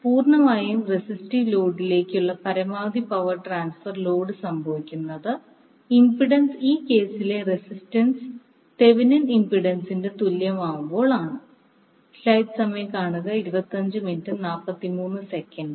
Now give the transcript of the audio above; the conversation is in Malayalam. പൂർണ്ണമായും റെസിസ്റ്റീവ് ലോഡിലേക്കുള്ള പരമാവധി പവർ ട്രാൻസ്ഫർ ലോഡ് സംഭവിക്കുന്നത് ഇംപിഡൻസ് ഈ കേസിലെ റെസിസ്റ്റൻസ് തെവെനിൻ ഇംപിൻഡൻസിന്റെ തുല്യം ആവുമ്പോൾ ആണ്